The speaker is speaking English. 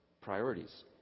priorities